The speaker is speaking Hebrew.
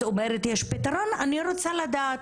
את אומרת שיש פתרון, אני רוצה לדעת.